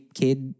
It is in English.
kid